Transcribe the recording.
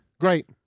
Great